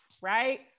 right